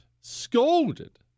scolded